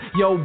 yo